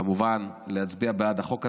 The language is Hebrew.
כמובן להצביע בעד החוק הזה.